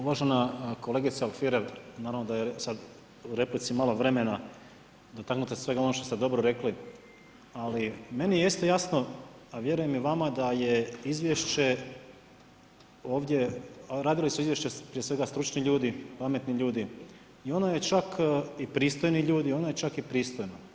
Uvažena kolegice Alfirev, naravno da je sad u replici malo vremena dotaknut se svega onoga što ste dobro rekli, ali meni jeste jasno, a vjerujem i vama da je izvješće ovdje, radili su izvješće prije svega stručni ljudi, pametni ljudi i pristojni ljudi i ono je čak i pristojno.